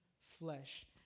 flesh